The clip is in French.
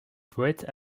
poète